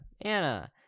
anna